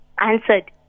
answered